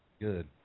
Good